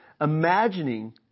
Imagining